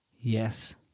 Yes